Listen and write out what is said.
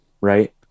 right